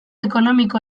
ekonomiko